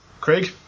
Craig